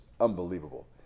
unbelievable